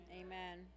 Amen